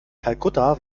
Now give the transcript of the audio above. kalkutta